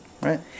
Right